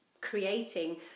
creating